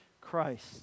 Christ